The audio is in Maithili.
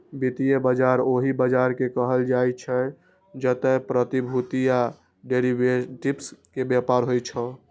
वित्तीय बाजार ओहि बाजार कें कहल जाइ छै, जतय प्रतिभूति आ डिरेवेटिव्स के व्यापार होइ छै